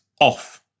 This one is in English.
off